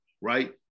right